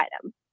item